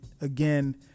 again